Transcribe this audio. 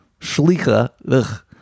Shlicha